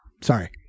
sorry